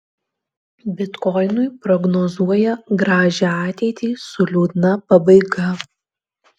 bitkoinui prognozuoja gražią ateitį su liūdna pabaiga